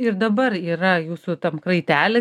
ir dabar yra jūsų tam kraitely